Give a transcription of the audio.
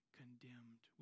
condemned